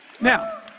Now